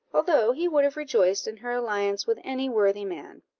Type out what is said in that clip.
although he would have rejoiced in her alliance with any worthy man.